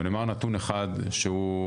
ואני אומר נתון אחד שהוא,